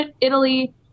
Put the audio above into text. Italy